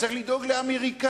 אתה צריך לדאוג לאמריקנים.